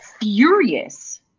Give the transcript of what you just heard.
furious